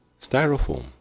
styrofoam